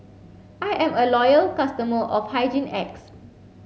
I am a loyal customer of Hygin X